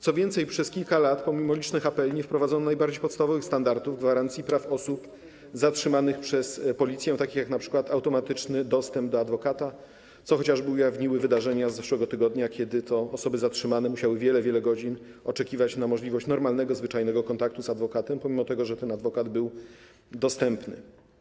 Co więcej, przez kilka lat pomimo licznych apeli nie wprowadzono najbardziej podstawowych standardów gwarancji praw osób zatrzymanych przez policję, takich jak np. automatyczny dostęp do adwokata, co ujawniły chociażby wydarzenia z zeszłego tygodnia, kiedy to osoby zatrzymane musiały wiele, wiele godzin oczekiwać na możliwość normalnego, zwyczajnego kontaktu z adwokatem, pomimo że ten adwokat był dostępny.